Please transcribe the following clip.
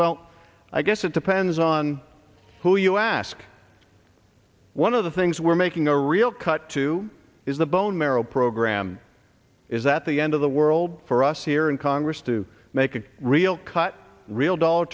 well i guess it depends on who you ask one of the things we're making a real cut to is the bone marrow program is at the end of the world for us here in congress to make a real cut real dollar